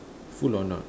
full or not